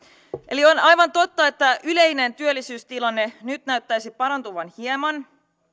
eli on aivan totta että yleinen työllisyystilanne nyt näyttäisi parantuvan hieman